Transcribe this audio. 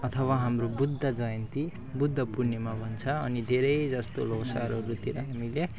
अथवा हाम्रो बुद्ध जयन्ती बुद्ध पूर्णिमा भन्छ अनि धेरै जस्तो लोसारहरूतिर हामीले